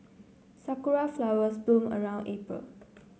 sakura flowers bloom around April